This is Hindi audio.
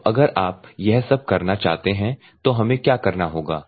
तो अगर आप यह सब करना चाहते हैं तो हमें क्या करना होगा